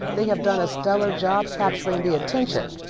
they have done a stellar job capturing the attention,